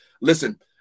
listen